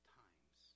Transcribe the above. times